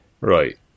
Right